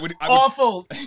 awful